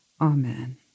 Amen